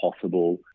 possible